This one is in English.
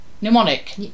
Mnemonic